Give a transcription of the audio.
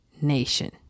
nation